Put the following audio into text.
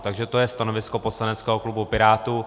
Takže to je stanovisko poslaneckého klubu Pirátů.